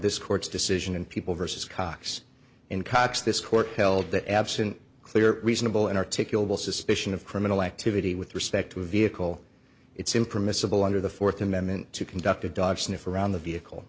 this court's decision and people versus cox in cox this court held that absent clear reasonable and articulable suspicion of criminal activity with respect to a vehicle it's impermissible under the fourth amendment to conduct a dog sniff around the vehicle